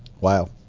Wow